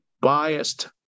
biased